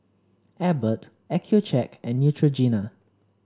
Abbott Accucheck and Neutrogena